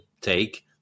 take